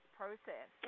process